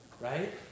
Right